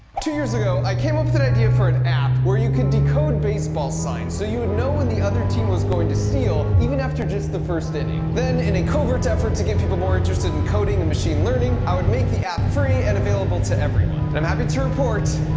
two years ago i came up with an idea for an app where you could decode baseball signs so you would know when the other team was going to steal, even after just the first inning. then in a covert effort to get people more interested in coding the and machine learning, i would make the app free and available to everyone. and i'm happy to report.